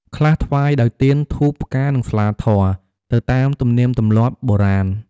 ខ្លះថ្វាយដោយទៀន ធូប ផ្កា និងស្លាធម៌ ទៅតាមទំនៀមទម្លាប់បុរាណ។